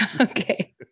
Okay